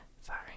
Sorry